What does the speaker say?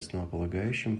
основополагающим